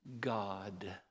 God